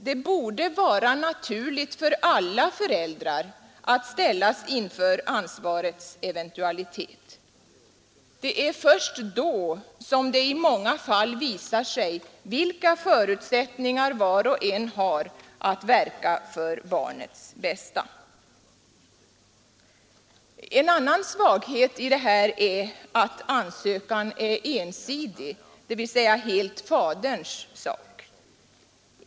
Det borde vara naturligt för alla föräldrar att ställas inför ansvarets eventualitet. Det är först då som det i många fall visar sig vilka förutsättningar var och en har att verka för barnets bästa. En annan svaghet i det här sammanhanget är att ansökan är ensidig, dvs. helt faderns sak.